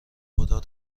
خدا